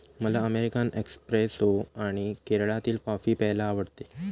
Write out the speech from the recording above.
मला American espresso आणि केरळातील कॉफी प्यायला आवडते